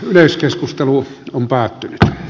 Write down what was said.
yleiskeskustelu on päättynyt